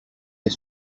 est